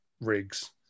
rigs